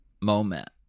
moment